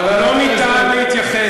חבר הכנסת אראל מרגלית.